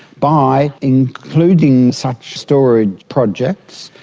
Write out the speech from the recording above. by including such storage projects,